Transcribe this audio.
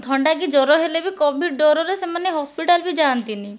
ଥଣ୍ଡା କି ଜ୍ୱର ହେଲେ ବି କୋଭିଡ୍ ଡରରେ ସେମାନେ ହସ୍ପିଟାଲ ବି ଯାଆନ୍ତି ନାହିଁ